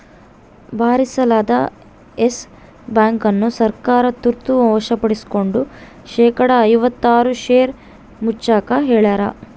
ಭಾರಿಸಾಲದ Yes Bank ಅನ್ನು ಸರ್ಕಾರ ತುರ್ತ ವಶಪಡಿಸ್ಕೆಂಡು ಶೇಕಡಾ ಐವತ್ತಾರು ಷೇರು ಮುಚ್ಚಾಕ ಹೇಳ್ಯಾರ